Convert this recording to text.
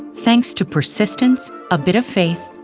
thanks to persistence, a bit of faith,